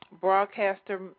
broadcaster